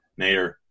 Nader